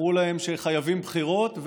אמרו להם שחייבים בחירות,